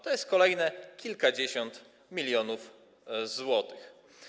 To jest kolejne kilkadziesiąt milionów złotych.